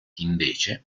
invece